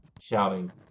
shouting